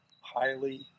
highly